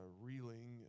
reeling